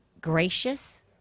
Gracious